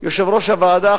יושב-ראש הוועדה,